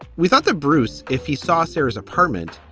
we thought that bruce, if he saw sarah's apartment,